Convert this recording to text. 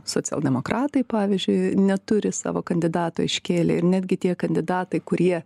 socialdemokratai pavyzdžiui neturi savo kandidato iškėlę ir netgi tie kandidatai kurie